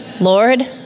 Lord